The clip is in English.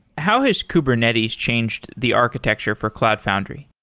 how has kubernetes changed the architecture for cloud foundry?